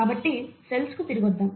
కాబట్టి సెల్స్ కు తిరిగి వద్దాం